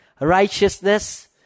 righteousness